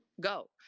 go